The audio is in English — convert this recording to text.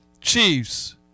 Chiefs